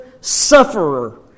sufferer